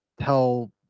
tell